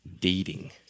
dating